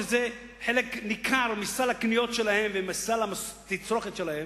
שזה חלק ניכר מסל הקניות שלהם ומסל התצרוכת שלהם,